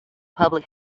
public